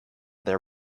there